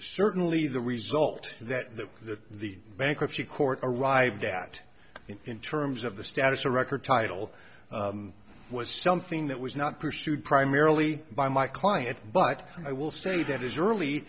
certainly the result of that that the bankruptcy court arrived at in terms of the status a record title was something that was not pursued primarily by my client but i will say that is early